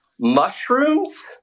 Mushrooms